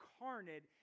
incarnate